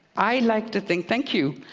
i like to think thank you.